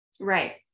Right